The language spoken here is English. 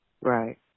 Right